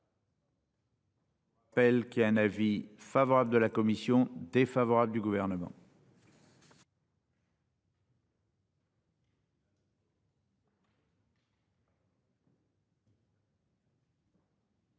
Appel qui a un avis favorable de la commission défavorable du gouvernement.